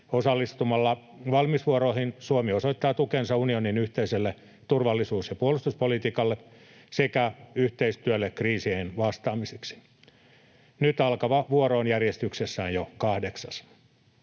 Osallistumalla valmiusvuoroihin Suomi osoittaa tukensa unionin yhteiselle turvallisuus- ja puolustuspolitiikalle sekä yhteistyölle kriiseihin vastaamiseksi. Nyt alkava vuoro on järjestyksessään jo kahdeksas.